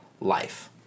life